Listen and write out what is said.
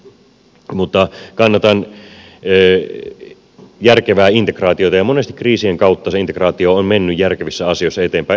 mutta kannatan järkevää integraatiota ja monesti kriisien kautta se integraatio on mennyt järkevissä asioissa eteenpäin